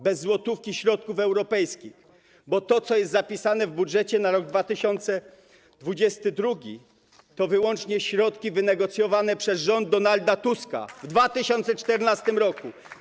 Bez złotówki ze środków europejskich, bo to, co jest zapisane w budżecie na rok 2022, to wyłącznie środki wynegocjowane przez rząd Donalda Tuska w 2014 r.